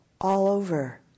all-over